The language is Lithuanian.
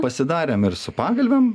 pasidarėm ir su pagalvėm